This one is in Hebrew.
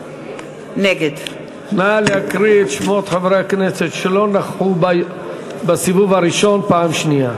נגד נא להקריא את שמות חברי הכנסת שלא נכחו בסיבוב הראשון פעם שנייה.